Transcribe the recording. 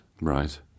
Right